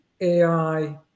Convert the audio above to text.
AI